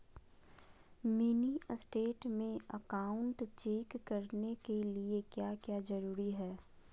Mini state में account check करने के लिए क्या क्या जरूरी है?